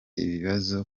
ibibazo